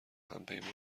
همپیمان